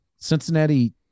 Cincinnati